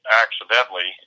accidentally